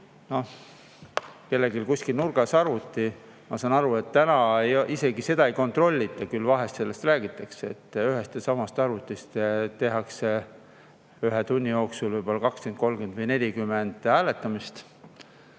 oli kellelgi kuskil nurgas arvuti. Ma saan aru, et nüüd isegi seda ei kontrollita, küll vahest sellest räägitakse, et ühest ja samast arvutist tehakse ühe tunni jooksul võib-olla 20, 30 või 40 hääletamist.